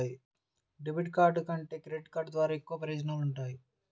debit card కంటే credit card ద్వారా ఎక్కువ ప్రయోజనాలు వుంటయ్యి